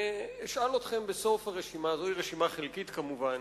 ואשאל אתכם בסוף הרשימה, זוהי רשימה חלקית כמובן,